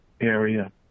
area